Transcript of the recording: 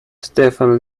stephen